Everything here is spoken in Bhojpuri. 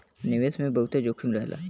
निवेश मे बहुते जोखिम रहेला